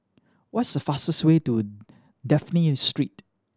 what's the fastest way to Dafne Street